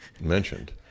mentioned